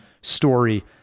story